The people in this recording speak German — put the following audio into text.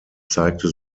zeigte